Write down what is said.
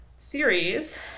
series